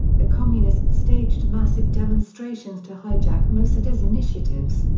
the communists staged massive demonstrations to hijack mosaddegh's initiatives.